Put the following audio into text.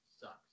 sucks